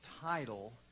title